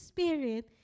Spirit